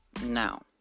now